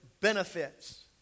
benefits